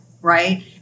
right